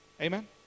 Amen